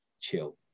chill